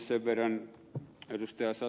sen verran ed